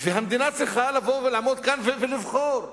והמדינה צריכה לבוא ולעמוד כאן ולבחור,